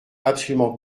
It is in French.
absolument